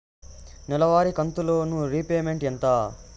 నెలవారి కంతు loan repayment ఎంత?